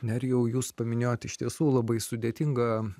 nerijau jūs paminėjot iš tiesų labai sudėtingą